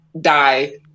die